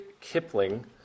Kipling